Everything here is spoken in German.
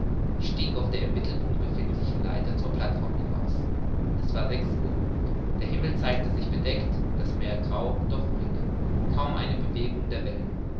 ich stieg auf der im mittelpunkt befindlichen leiter zur plateform hinaus es war sechs uhr der himmel zeigte sich bedeckt das meer grau doch ruhig kaum eine bewegung der wellen